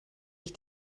ich